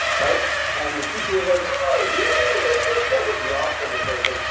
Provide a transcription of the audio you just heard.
and the teacher was like oh, do you see the nucleus federic? we all said the same thing,